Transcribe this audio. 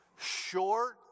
short